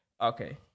Okay